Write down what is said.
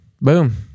boom